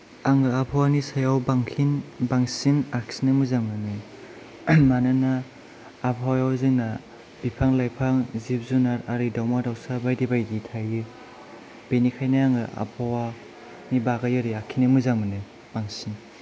आङो आबहावानि सायाव बांसिन बांसिन आखिनो मोजां मोनो मानोना आबहावायाव जोंना बिफां लाइफां जिब जुनार आरि दाउमा दाउसा बायदि बायदि थायो बेनिखायनो आङो आबहावानि बागै ओरै आखिनो मोजां मोनो बांसिन